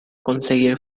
conseguir